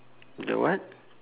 the what